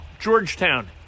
Georgetown